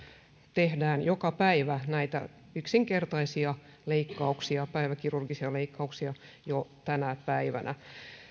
tehdään joka päivä näitä yksinkertaisia leikkauksia päiväkirurgisia leikkauksia jo tänä päivänä